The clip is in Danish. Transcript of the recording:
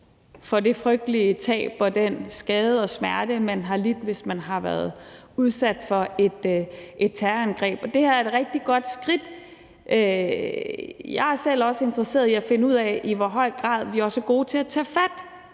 for det frygtelige tab og den skade og smerte, de har lidt, hvis de har været udsat for et terrorangreb. Det her er et rigtig godt skridt. Jeg er selv også interesseret i at finde ud af, i hvor høj grad vi også er gode til at tage fat